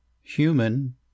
human